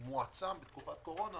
מועצם בתקופת קורונה,